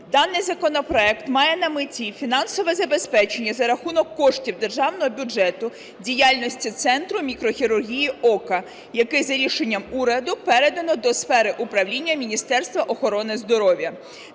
Даний законопроект має на меті фінансове забезпечення за рахунок коштів державного бюджету діяльності Центру мікрохірургії ока, який за рішенням уряду передано до сфери управління Міністерства охорони здоров'я.